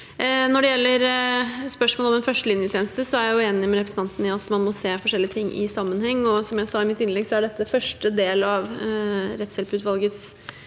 Når det gjelder spørsmålet om en førstelinjetjeneste, er jeg enig med representanten i at man må se forskjellige ting i sammenheng. Som jeg sa i mitt innlegg, er dette første del av oppfølgingen